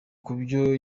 kubyo